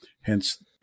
hence